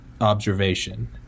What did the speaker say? observation